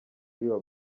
biba